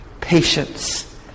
patience